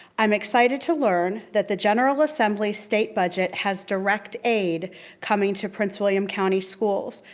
i'm excited to learn that the general assembly state budget has direct aid coming to prince william county schools,